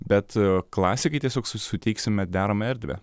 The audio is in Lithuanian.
bet klasikai tiesiog su susitiksime deramą erdvę